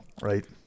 Right